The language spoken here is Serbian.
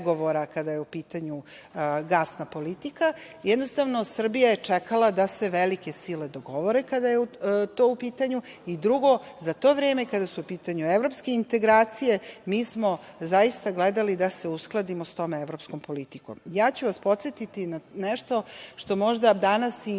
kada je u pitanju gasna politika. Jednostavno, Srbija je čekala da se velike sile dogovore kada je to u pitanju. Drugo, za to vreme, kada su u pitanju evropske integracije, mi smo zaista gledali da se uskladimo sa tom evropskom politikom. Podsetiću vas na nešto što možda danas i